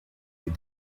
est